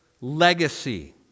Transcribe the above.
legacy